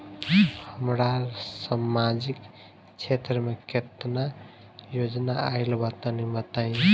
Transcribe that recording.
हमरा समाजिक क्षेत्र में केतना योजना आइल बा तनि बताईं?